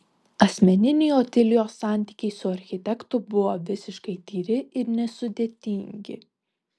asmeniniai otilijos santykiai su architektu buvo visiškai tyri ir nesudėtingi